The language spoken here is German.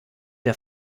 der